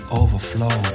overflow